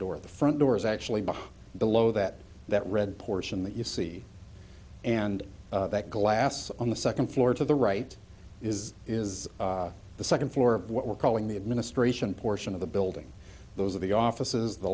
door the front doors actually behind the low that that red portion that you see and that glass on the second floor to the right is is the second floor of what we're calling the administration portion of the building those are the offices the